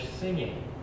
singing